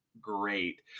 great